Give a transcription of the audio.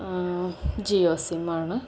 Jio sim ആണ്